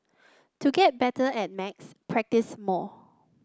to get better at maths practise more